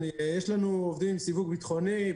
יש לנו עובדים עם סיווג ביטחוני.